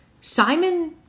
Simon